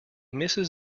misses